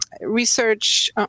research